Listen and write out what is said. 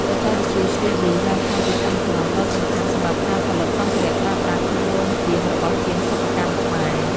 បច្ចេកវិទ្យា 3D បានក្លាយជាឆ្អឹងខ្នងដ៏សំខាន់សម្រាប់ការផលិតសម្ភារៈប្រើប្រាស់ក្នុងរោងជាងរបស់ជាងសិប្បកម្មខ្មែរ។